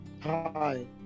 Hi